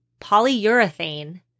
polyurethane